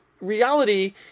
reality